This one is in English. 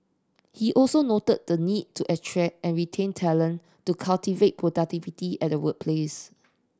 he also noted the need to attract and retain talent to cultivate productivity at the workplace